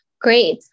Great